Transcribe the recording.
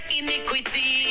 iniquity